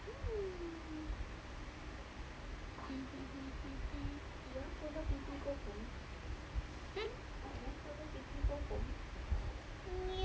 mm